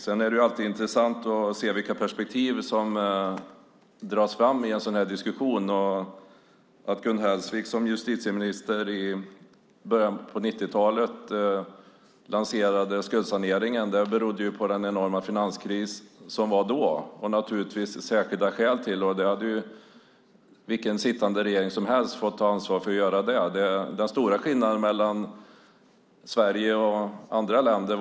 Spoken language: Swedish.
Sedan är det alltid intressant att se vilka perspektiv som dras fram i en sådan här diskussion. Att Gun Hellsvik som justitieminister i början av 90-talet lanserade skuldsaneringen berodde ju på den enorma finanskris som var då. Det fanns naturligtvis särskilda skäl till det. Vilken sittande regering som helst hade fått ta ansvar för att göra det. Det fanns en stor skillnad mellan Sverige och andra länder.